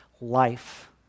life